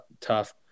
tough